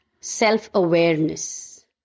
self-awareness